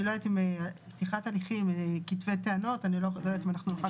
אני לא יודעת אם פתיחת הליכים או כתבי טענות נוכל למצוא.